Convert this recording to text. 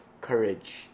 courage